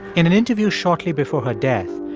in an interview shortly before her death,